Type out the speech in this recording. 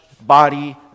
body